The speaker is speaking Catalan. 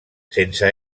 sense